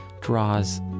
draws